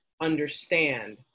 understand